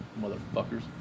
Motherfuckers